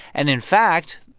and in fact,